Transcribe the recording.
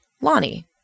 Lonnie